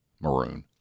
maroon